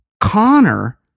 Connor